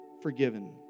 forgiven